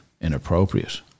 inappropriate